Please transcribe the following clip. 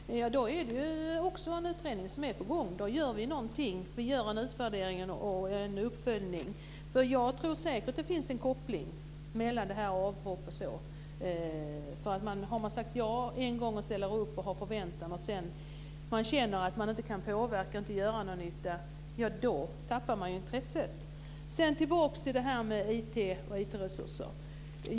Fru talman! Då är det ju också en utredning som är på gång. Då gör vi någonting. Vi gör en utvärdering och en uppföljning. Jag tror säkert att det finns en koppling mellan avhoppen och detta. Har man sagt ja en gång, ställt upp och har en förväntan och sedan känner att man inte kan påverka eller göra någon nytta så tappar man ju intresset.